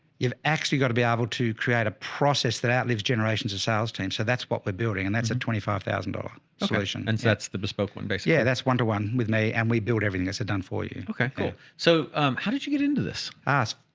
you've actually got to be able to create a process that outlives generations of sales team. so that's what we're building. and that's a twenty five thousand dollars solution. and that's the bespoke one basically. yeah. that's one to one with me and we build everything that's been done for you. okay, cool. so how did you get into this ass?